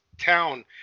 town